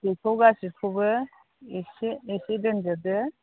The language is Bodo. बेखौ गासैखौबो एसे एसे दोनजोबदो